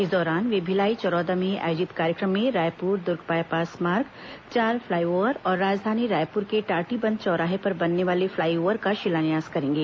इस दौरान वे भिलाई चरोदा में आयोजित कार्यक्रम में रायपुर दुर्ग बायपास मार्ग चार फ्लाईओवर और राजधानी रायपुर के टाटीबंध चौराहे पर बनने वाले फ्लाईओवर का शिलान्यास करेंगे